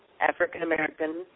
African-American